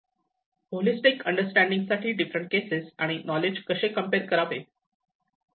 holistic understanding साठी different cases आणि knowledge कसे कम्पेअर करावे